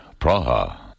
Praha